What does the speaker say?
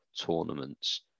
tournaments